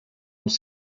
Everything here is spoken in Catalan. els